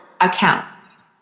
accounts